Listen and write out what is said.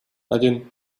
один